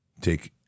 take